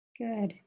Good